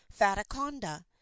fataconda